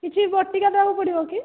କିଛି ବଟିକା ଦେବାକୁ ପଡ଼ିବ କି